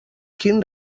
quin